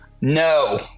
No